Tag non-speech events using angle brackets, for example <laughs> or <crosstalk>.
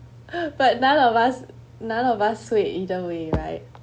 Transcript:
<laughs> but none of us none of us sway either way right